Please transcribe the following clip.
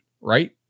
right